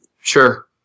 Sure